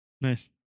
Nice